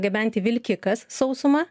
gabenti vilkikas sausuma